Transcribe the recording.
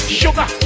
sugar